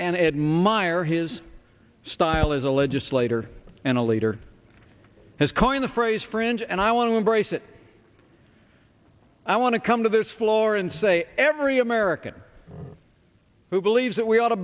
and admire his style as a legislator and a leader has coined the phrase fringe and i want to embrace it i want to come to this floor and say every american who believes that we ought to